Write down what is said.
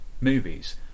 movies